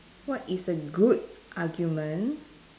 what is a good argument